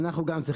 גם אנחנו צריכים.